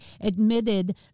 admitted